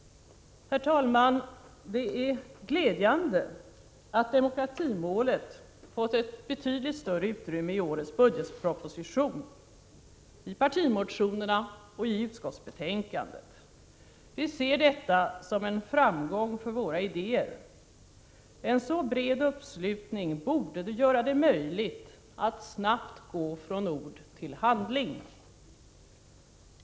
Herr talman! Det är glädjande att demokratimålet fått ett betydligt större utrymme i årets budgetproposition, i partimotionerna och i utskottsbetänkandet. Vi ser detta som en framgång för våra idéer. En så bred uppslutning borde göra det möjligt att snabbt gå från ord till handling.